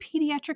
pediatric